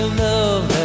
love